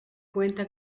cuenta